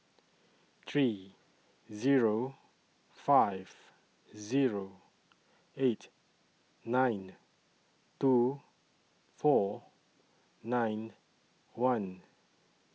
three Zero five Zero eight nine two four nine one